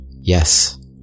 yes